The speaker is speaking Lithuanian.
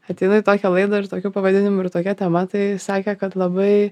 ateinu į tokią laidą ir tokiu pavadinimu ir tokia tema tai sakė kad labai